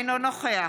אינו נוכח